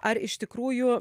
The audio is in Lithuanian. ar iš tikrųjų